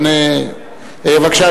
בבקשה,